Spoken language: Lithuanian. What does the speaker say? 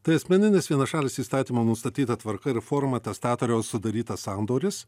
tai asmeninis vienašalis įstatymo nustatyta tvarka ir forma testatoriaus sudarytas sandoris